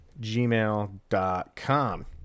gmail.com